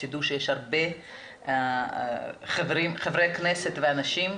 שתדעו שיש הרבה חברי כנסת ואנשים,